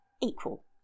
equal